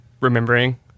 remembering